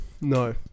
No